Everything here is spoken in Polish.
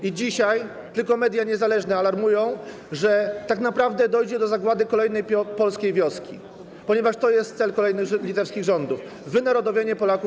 I dzisiaj tylko media niezależne alarmują, że tak naprawdę dojdzie do zagłady kolejnej polskiej wioski, ponieważ to jest cel kolejnych litewskich rządów - wynarodowienie Polaków